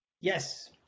Yes